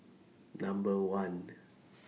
Number one